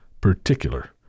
particular